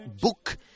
book